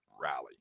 rally